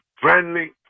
friendly